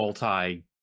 multi